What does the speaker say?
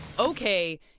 Okay